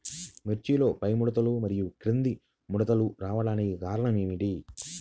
మిర్చిలో పైముడతలు మరియు క్రింది ముడతలు రావడానికి కారణం ఏమిటి?